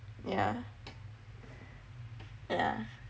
yah yah